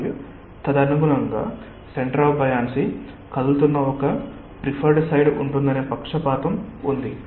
మరియు తదనుగుణంగా centre of buoyancy కదులుతున్న ఒక ప్రిఫర్డ్ సైడ్ ఉంటుందనే పక్షపాతం ఉంది